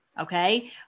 Okay